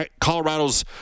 Colorado's